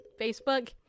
Facebook